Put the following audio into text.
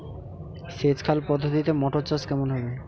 সেচ খাল পদ্ধতিতে মটর চাষ কেমন হবে?